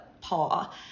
paw